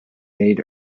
made